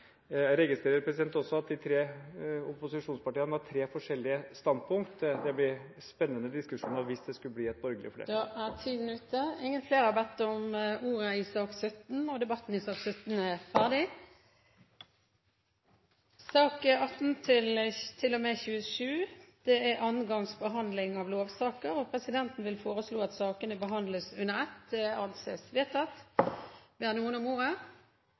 Jeg registrerer også at de tre opposisjonspartiene har tre forskjellige standpunkter. Det blir spennende diskusjoner, hvis det skulle bli et borgerlig flertall. Flere har ikke bedt om ordet til sak nr. 17. Presidenten vil foreslå at sakene nr. 18–27 behandles under ett. Alle sakene gjelder andre gangs behandling av lovsaker. – Det anses vedtatt. Ingen har bedt om ordet